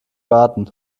warten